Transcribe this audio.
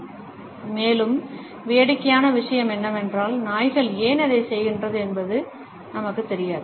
slide நேரத்தைப் பார்க்கவும் 3657 மேலும் வேடிக்கையான விஷயம் என்னவென்றால் நாய்கள் ஏன் அதைச் செய்கின்றன என்பது நமக்குத் தெரியாது